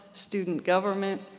student government,